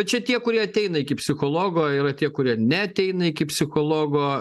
čia tie kurie ateina iki psichologo yra tie kurie neateina iki psichologo